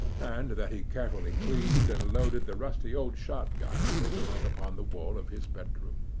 and that he carefully cleaned and loaded the rusty old shotgun which hung upon the wall of his bedroom.